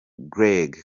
greg